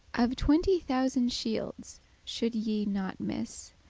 of twenty thousand shields should ye not miss,